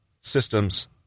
Systems